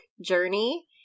journey